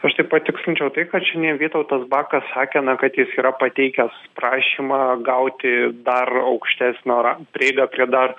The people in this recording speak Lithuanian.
aš tai patikslinčiau tai kad šiandien vytautas bakas sakė na kad jis yra pateikęs prašymą gauti dar aukštesnio ra prieigą prie dar